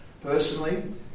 Personally